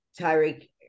Tyreek